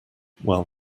while